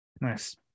Nice